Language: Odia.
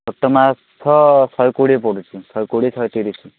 ଛୋଟ ମାଛ ଶହେ କୋଡ଼ିଏ ପଡ଼ୁଛି ଶହେ କୋଡ଼ିଏ ଶହେ ତିରିଶ